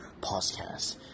Podcast